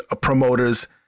promoters